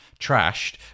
trashed